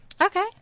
Okay